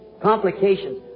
complications